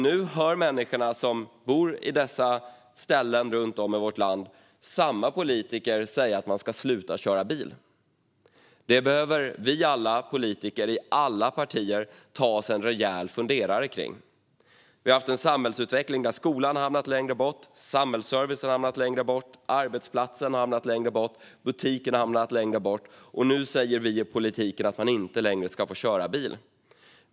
Nu hör människorna som bor på dessa ställen runt om i vårt land samma politiker säga att man ska sluta köra bil. Det behöver alla vi politiker i alla partier ta oss en rejäl funderare på. Vi har haft en samhällsutveckling där skolan, samhällsservicen, arbetsplatserna och butiken hamnat längre bort, och nu säger vi i politiken att man inte längre ska få köra bil.